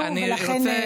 ולכן זה,